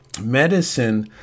medicine